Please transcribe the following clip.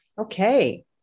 Okay